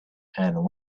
and